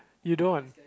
you don't